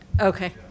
Okay